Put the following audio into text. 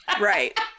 Right